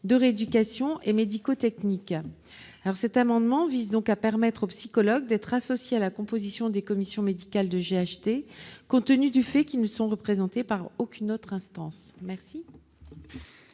de rééducation et médico-technique. Cet amendement vise à permettre aux psychologues d'être associés à la composition des commissions médicales de GHT, compte tenu du fait qu'ils ne sont représentés par aucune autre instance.